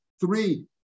Three